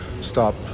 stop